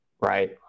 right